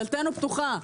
דלתנו פתוחה.